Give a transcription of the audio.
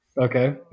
Okay